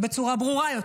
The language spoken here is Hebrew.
בצורה ברורה יותר: